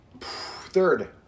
Third